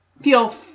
feel